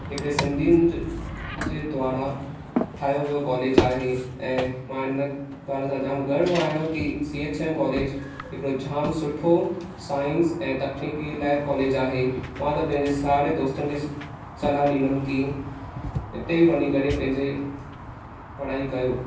हिकिड़े सिंधियुनि जे द्वारा ठाहियो वियो कॉलेज आहे ऐं मां हिन कॉलेज जो जाम गर्व आहियां कि सी एच एम कॉलेज हिकिड़ो जाम सुठो साइंस ऐं तकनीकी लाइ कॉलेज आहे मां त पंहिंजे सारे दोस्तनि खे स सलाह ॾींदुमि कि हिते ई वञी करे पंहिंजी पढ़ाई कयूं